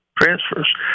transfers